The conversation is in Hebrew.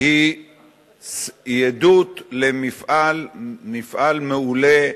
היא עדות למפעל מעולה,